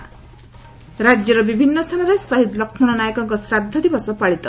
ରାକ୍ୟର ବିଭିନ୍ନ ସ୍ଥାନରେ ଶହୀଦ୍ ଲକ୍ଷ୍ମଣ ନାଏକଙ୍କ ଶ୍ରାଦ୍ଧ ଦିବସ ପାଳିତ